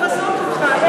אי-אפשר לבזות אותך.